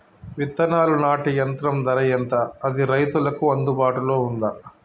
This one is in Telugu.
విత్తనాలు నాటే యంత్రం ధర ఎంత అది రైతులకు అందుబాటులో ఉందా?